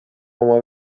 oma